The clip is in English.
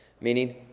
Meaning